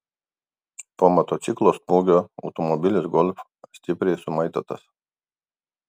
po motociklo smūgio automobilis golf stipriai sumaitotas